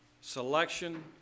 Selection